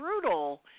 brutal